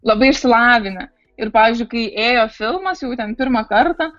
labai išsilavinę ir pavyzdžiui kai ėjo filmas jau ten pirmą kartą